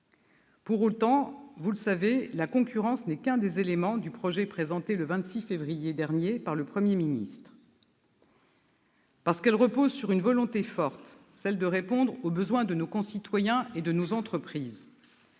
Pour autant, vous le savez, la concurrence n'est qu'un des éléments du projet présenté le 26 février dernier par le Premier ministre. Parce qu'elle repose sur une volonté forte, celle de répondre aux besoins de nos concitoyens et de nos entreprises,